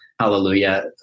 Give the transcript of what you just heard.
Hallelujah